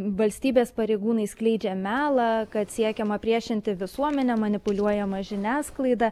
valstybės pareigūnai skleidžia melą kad siekiama priešinti visuomenę manipuliuojama žiniasklaida